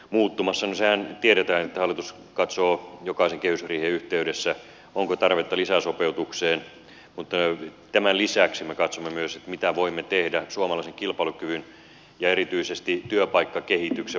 no sehän tiedetään että hallitus katsoo jokaisen kehysriihen yhteydessä onko tarvetta lisäsopeutukseen mutta tämän lisäksi me katsomme myös mitä voimme tehdä suomalaisen kilpailukyvyn ja erityisesti työpaikkakehityksen vahvistamiseksi